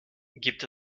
gibt